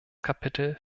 kapitel